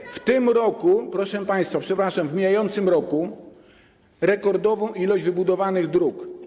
Mamy w tym roku, proszę państwa, przepraszam, w mijającym roku rekordową ilość wybudowanych dróg.